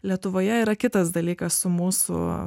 lietuvoje yra kitas dalykas su mūsų